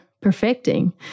perfecting